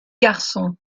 garçon